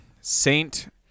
saint